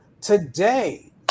today